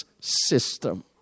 system